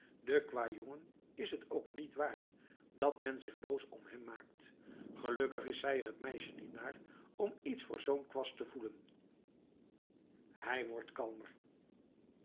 de kwâjongen is ook niet waard dat men zich boos op hem maakt gelukkig is zij er t meisje niet naar om iets voor zoo'n kwast te voelen hij wordt kalmer